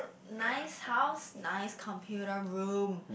nice house nice computer room